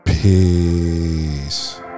Peace